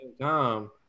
time